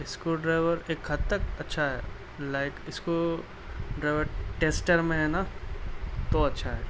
screw driver ایک حد تک اچھا ہے لائک اس کو ڈرائیور ٹیسٹر میں نا تو اچھا ہے